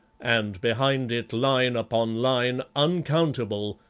and behind it, line upon line, uncountable,